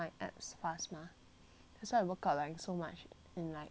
that's why I work out like so much in like 一天